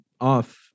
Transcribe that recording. off